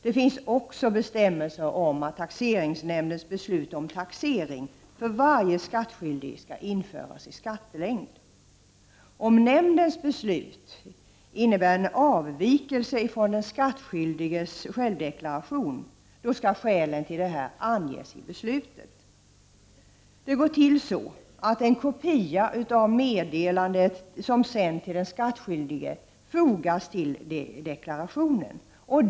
Det finns också bestämmelser om att taxeringsnämndens beslut om taxering för varje skattskyldig skall införas i skattelängd. Om nämndens beslut innebär avvikelser från den skattskyldiges självdeklaration, skall skälen för detta anges i beslutet. Det går till så att en kopia av det meddelande som sänts till den skattskyldige fogas till deklarationen.